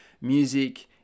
music